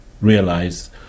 realize